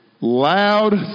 loud